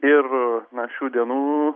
ir na šių dienų